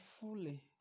fully